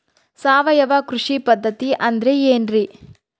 ಸಾವಯವ ಕೃಷಿ ಪದ್ಧತಿ ಅಂದ್ರೆ ಏನ್ರಿ?